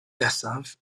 nesaf